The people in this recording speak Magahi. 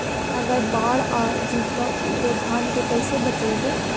अगर बाढ़ आ जितै तो धान के कैसे बचइबै?